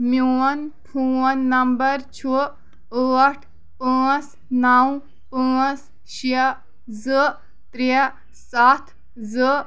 میٛون phone number چھُ ٲٹھ پٲنٛژھ نَو پٲنٛژھ شےٚ زٕ ترٛےٚ سَتھ زٕ